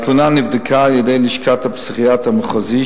התלונה נבדקה על-ידי לשכת הפסיכיאטר המחוזי,